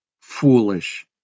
foolish